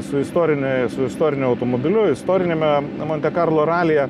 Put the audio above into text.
su istorine su istoriniu automobiliu istoriniame monte karlo ralyje